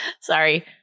sorry